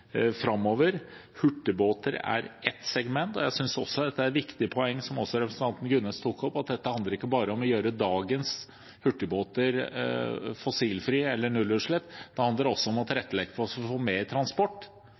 framover. Hurtigbåter er ett segment. Jeg synes også det er et viktig poeng, som også representanten Gunnes tok opp, at dette ikke bare handler om å gjøre dagens hurtigbåter fossilfrie eller med nullutslipp, det handler også om å tilrettelegge for å få mer transport,